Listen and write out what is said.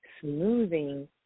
smoothing